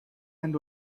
and